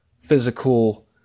physical